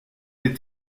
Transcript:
les